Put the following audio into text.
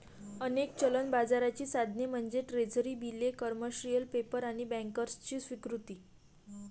अनेक चलन बाजाराची साधने म्हणजे ट्रेझरी बिले, कमर्शियल पेपर आणि बँकर्सची स्वीकृती